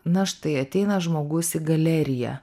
na štai ateina žmogus į galeriją